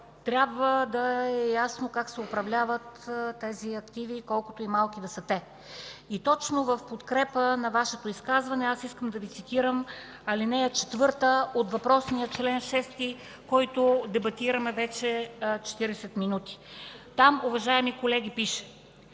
трябва да е ясно как се управляват тези активи, колкото и малки да са те. Точно в подкрепа на Вашето изказване искам да Ви цитирам ал. 4 от въпросния чл. 6, който дебатираме вече 40 минути. Уважаеми колеги, там